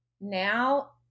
Now